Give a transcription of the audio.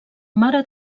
mare